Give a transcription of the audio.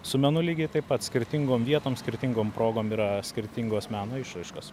su menu lygiai taip pat skirtingom vietom skirtingom progom yra skirtingos meno išraiškos